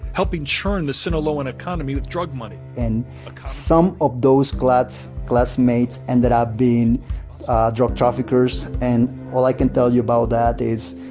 helping churn the sinaloan economy with drug money. and some of those classmates classmates ended up being drug traffickers, and all i can tell you about that is,